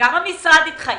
וגם המשרד התחייב.